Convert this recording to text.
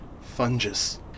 fungus